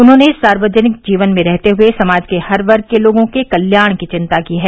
उन्होंने सार्वजनिक जीवन में रहते हुए समाज के हर वर्ग के लोगों के कल्याण की विंता की है